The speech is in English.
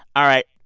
all right,